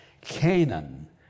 Canaan